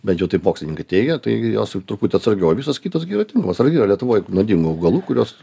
bent jau taip mokslininkai teigia taigi jos truputį atsargiauo visos kitos gi yra tinkamos ar yra lietuvoje nuodingų augalų kuriuos